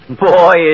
Boy